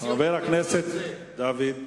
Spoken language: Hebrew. חבר הכנסת דוד רותם.